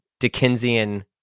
Dickensian